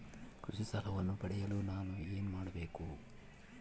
ಕೃಷಿ ಸಾಲವನ್ನು ಪಡೆಯಲು ನಾನು ಏನು ಮಾಡಬೇಕು?